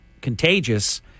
contagious